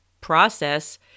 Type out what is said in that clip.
process